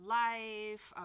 life